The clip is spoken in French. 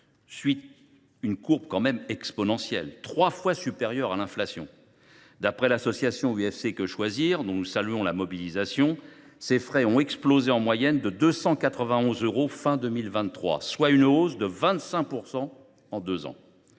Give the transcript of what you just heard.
même une courbe exponentielle, trois fois supérieure à l’inflation. D’après l’association UFC Que Choisir, dont nous saluons la mobilisation, ces frais ont explosé pour atteindre en moyenne 291 euros à la fin de 2023, soit une hausse de 25 % en deux ans.